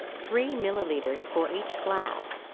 three milliliters for each flask.